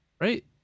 Right